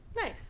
Nice